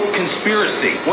conspiracy